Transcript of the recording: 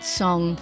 song